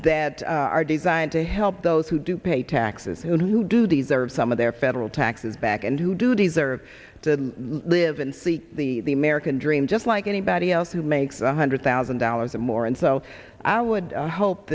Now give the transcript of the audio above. that are designed to help those who do pay taxes who do these are some of their federal taxes back and who do deserve to live and see the the american dream just like anybody else who makes one hundred thousand dollars or more and so i would hope